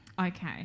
Okay